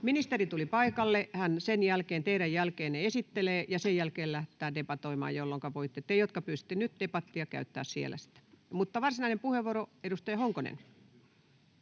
Ministeri tuli paikalle, hän teidän jälkeenne esittelee, ja sen jälkeen lähdetään debatoimaan, jolloinka voitte te, jotka pyysitte nyt debattia, käyttää puheenvuoron siellä. — Mutta varsinainen puheenvuoro, edustaja Honkonen.